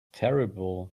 terrible